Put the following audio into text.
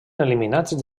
eliminats